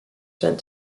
sent